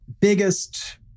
biggest